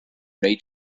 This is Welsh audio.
wnei